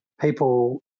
people